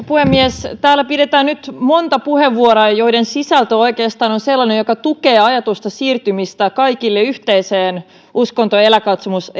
puhemies täällä pidetään nyt monta puheenvuoroa joiden sisältö on oikeastaan sellainen joka tukee ajatusta siirtymisestä kaikille yhteiseen uskonto ja elämänkatsomus